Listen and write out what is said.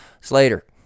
Slater